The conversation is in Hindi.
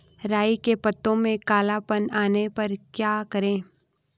राई के पत्तों में काला पन आने पर क्या करें?